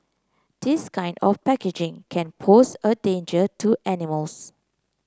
this kind of packaging can pose a danger to animals